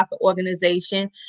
organization